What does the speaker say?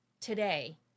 today